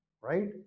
Right